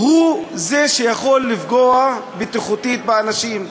הוא זה שיכול לפגוע בטיחותית באנשים.